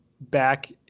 back